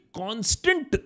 constant